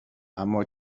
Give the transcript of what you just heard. اما